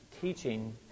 teaching